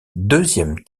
deuxième